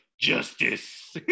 justice